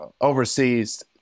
overseas